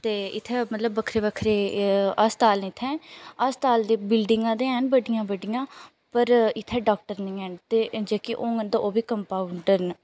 ते इ'त्थें मतलब बक्खरे बक्खरे अस्ताल न इ'त्थें अस्ताल दी बिल्डिंगां ते हैन बड्डियां बड्डियां पर इ'त्थें डॉक्टर निं हैन ते जेह्के होङन ते ओह् बी कम्पोडर न